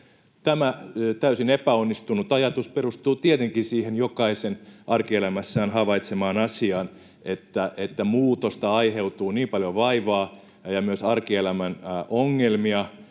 Tämä täysin epäonnistunut ajatus perustuu tietenkin siihen jokaisen arkielämässään havaitsemaan asiaan, että muutosta aiheutuu niin paljon vaivaa ja myös arkielämän ongelmia,